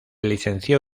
licenció